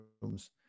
rooms